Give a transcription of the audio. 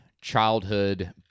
childhood